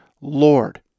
Lord